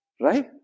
right